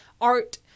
art